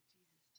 Jesus